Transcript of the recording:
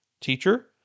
Teacher